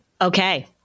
Okay